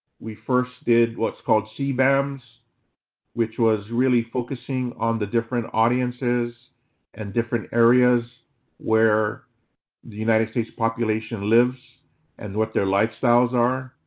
we first did what's called cbams which was focusing on the different audiences and different areas where the united states population lives and what their lifestyles are.